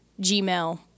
Gmail